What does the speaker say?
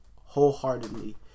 wholeheartedly